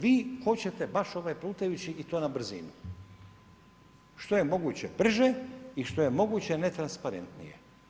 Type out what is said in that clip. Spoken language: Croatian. Vi hoćete baš ovaj plutajući i to na brzinu, što je moguće brže i što je moguće netransparentnije.